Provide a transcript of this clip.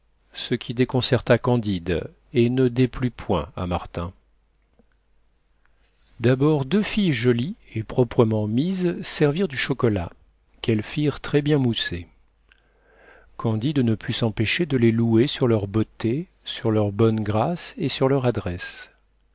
ce qui déconcerta candide et ne déplut point à martin d'abord deux filles jolies et proprement mises servirent du chocolat qu'elles firent très bien mousser candide ne put s'empêcher de les louer sur leur beauté sur leur bonne grâce et sur leur adresse